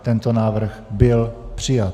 Tento návrh byl přijat.